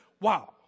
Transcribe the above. wow